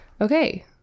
Okay